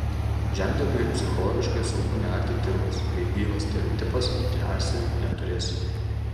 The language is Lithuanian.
žemdirbiui psichologiškai sunku nearti dirvos kai gyvas stereotipas nearsi neturėsi